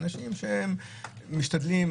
אנשים שמשתדלים,